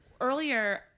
earlier